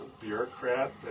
bureaucrat